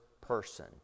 person